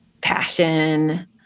passion